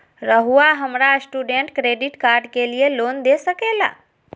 रहुआ हमरा student credit card के लिए लोन दे सके ला?